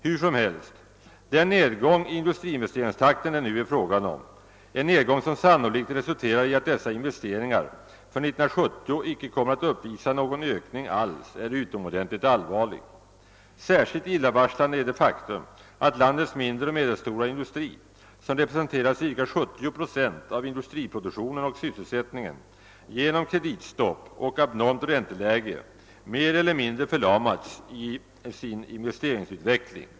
Hur som helst, den nedgång i industriinvesteringstakten det nu är fråga om, en nedgång som sannolikt resulterar i att dessa investeringar för 1970 icke kommer att uppvisa någon ökning alls, är utomordentligt allvarlig. Särskilt illavarslande är det faktum att landets mindre och medelstora industrier, som representerar ca 70 procent av industriproduktionen och sysselsättningen genom kreditstopp och abnormt ränteläge, mer eller mindre förlamats i sin investeringsutveckling.